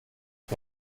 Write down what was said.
wir